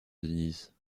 denise